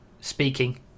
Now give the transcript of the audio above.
speaking